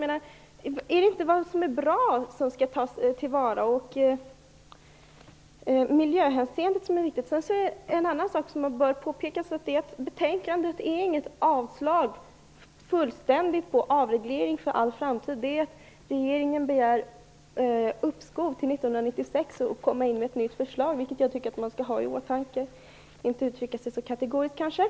Skall man inte ta vara på det som är bra, bl.a. på det viktiga miljöområdet? Det bör också påpekas att det i betänkandet inte förespråkas något fullständigt avslag på avreglering för all framtid. Regeringen har begärt uppskov till 1996 för att lägga fram ett nytt förslag. Jag tycker att man skall ha detta i åtanke och inte uttrycka sig så kategoriskt.